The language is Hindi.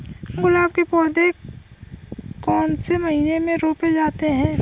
गुलाब के पौधे कौन से महीने में रोपे जाते हैं?